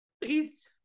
Please